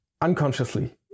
unconsciously